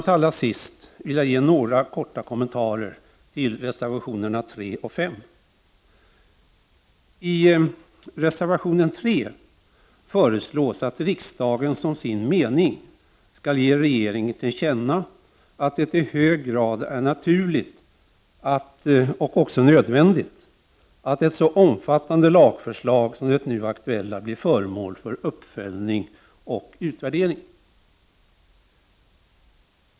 Till sist vill jag göra några korta kommentarer till reservationerna 3 och 5. I reservation 3 föreslås att riksdagen som sin mening skall ge regeringen till känna att det i hög grad är naturligt och också nödvändigt att ett så omfattande lagförslag som det nu aktuella blir föremål för uppföljning och utvärdering.